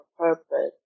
purpose